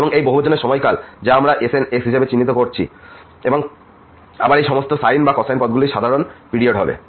এবং এই বহুবচনের সময়কাল যা আমরা Sn হিসাবে চিহ্নিত করছি তা আবার এই সমস্ত সাইন এবং কোসাইন পদগুলির সাধারণ পিরিয়ড হবে